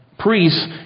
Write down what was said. priests